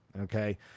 okay